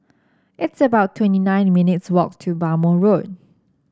it's about twenty nine minutes' walk to Bhamo Road